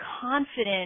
confident